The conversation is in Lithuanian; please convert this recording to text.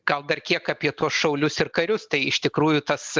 gal dar kiek apie tuos šaulius ir karius tai iš tikrųjų tas